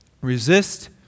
Resist